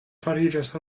fariĝas